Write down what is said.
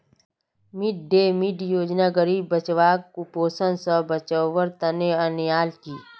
mid day meal योजना गरीब बच्चाक कुपोषण स बचव्वार तने अन्याल कि